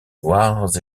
noires